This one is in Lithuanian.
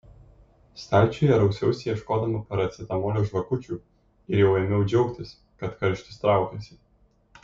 stalčiuje rausiausi ieškodama paracetamolio žvakučių ir jau ėmiau džiaugtis kad karštis traukiasi